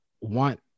want